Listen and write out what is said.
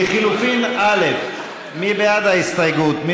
לחלופין א', מי בעד ההסתייגות?